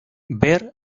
ver